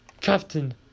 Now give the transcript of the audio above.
Captain